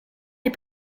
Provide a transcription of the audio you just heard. des